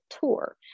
tour